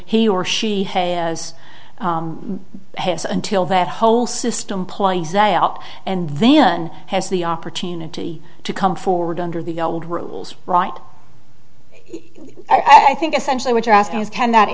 he or she has his until that whole system plays out and then has the opportunity to come forward under the old rules right i think essentially what you're asking is can